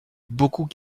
beaucoup